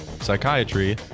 psychiatry